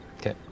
Okay